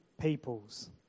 peoples